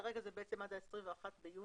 כרגע זה עד ה-21 ביוני.